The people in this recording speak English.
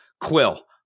Quill